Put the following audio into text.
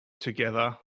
together